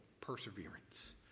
perseverance